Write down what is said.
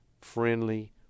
friendly